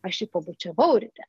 aš jį pabučiavau ryte